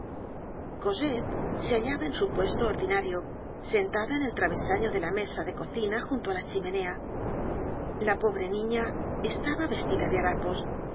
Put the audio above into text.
cosette se hallaba en su puesto ordinario sentada en el travesano de la mesa de cocina junto á la chimenea la pobre niña estaba vestida de harapos